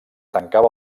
tancava